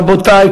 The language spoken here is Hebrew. רבותי,